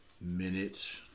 minutes